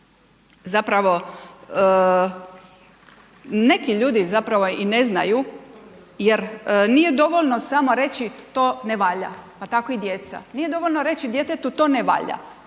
zapravo neki ljudi zapravo i ne znaju jer nije dovoljno samo reći to ne valja, pa tako i djeca, nije dovoljno reći djetetu to ne valja